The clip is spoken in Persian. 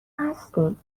هستیم